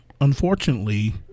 unfortunately